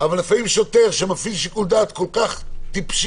אבל לפעמים שוטר מפעיל שיקול דעת כל כך טיפשי,